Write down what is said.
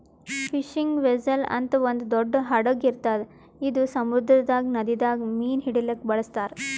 fishing vessel ಅಂತ್ ಒಂದ್ ದೊಡ್ಡ್ ಹಡಗ್ ಇರ್ತದ್ ಇದು ಸಮುದ್ರದಾಗ್ ನದಿದಾಗ್ ಮೀನ್ ಹಿಡಿಲಿಕ್ಕ್ ಬಳಸ್ತಾರ್